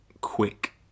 quick